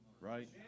Right